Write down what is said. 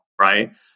right